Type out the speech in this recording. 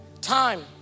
Time